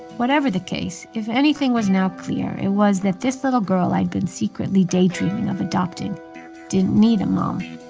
whatever the case, if anything was now clear it was that this little girl i'd been secretly daydreaming of adopting didn't need a mom.